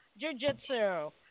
jujitsu